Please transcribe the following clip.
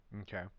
Okay